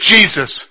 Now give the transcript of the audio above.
Jesus